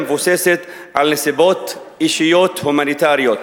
על בסיס נסיבות אישיות הומניטריות.